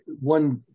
One